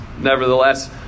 Nevertheless